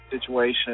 situation